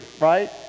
right